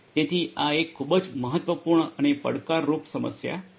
તેથી આ એક ખૂબ જ મહત્વપૂર્ણ અને પડકારરૂપ સમસ્યા છે